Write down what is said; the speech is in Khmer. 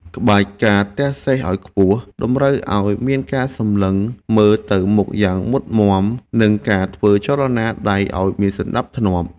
ក្បាច់ ការទះសេះឱ្យខ្ពស់ តម្រូវឱ្យមានការសម្លឹងមើលទៅមុខយ៉ាងមុតមាំ និងការធ្វើចលនាដៃឱ្យមានសណ្ដាប់ធ្នាប់។